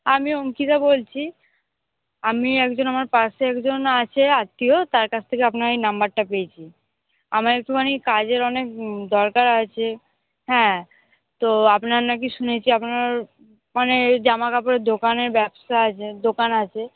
আমি অঙ্কিতা বলছি আমি একজন আমার পাশে একজন আছে আত্মীয় তার কাছ থেকে আপনার এই নম্বরটা পেয়েছি আমার একটু মানে কাজের অনেক দরকার আছে হ্যাঁ তো আপনার নাকি শুনেছি আপনার মানে জামাকাপড়ের দোকানের ব্যবসা আছে দোকান আছে